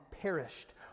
perished